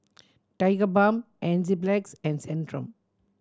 Tigerbalm Enzyplex and Centrum